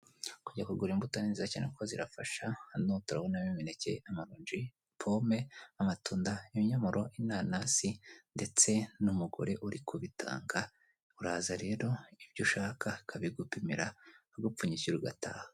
Kujya kugura imbuto ni nziza cyane kuko zirafasha, hano turabonamo imineke, amaronji, pome, amatunda, ibinyomoro, inanasi ndetse n'umugore uri kubitanga uraza rero ibyo ushaka ukabigupimira akagupfunyikira ugataha.